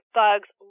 bugs